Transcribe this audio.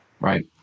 right